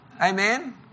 Amen